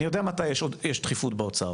אני יודע מתי יש דחיפות באוצר.